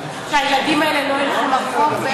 שהילדים האלה לא ילכו לרחוב?